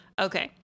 Okay